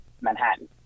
Manhattan